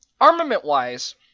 armament-wise